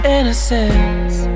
Innocence